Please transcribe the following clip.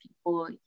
people